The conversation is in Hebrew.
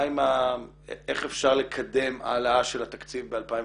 איך אפשר לקדם העלאה של התקציב ב-2019?